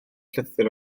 llythyr